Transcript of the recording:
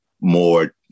more